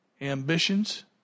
Ambitions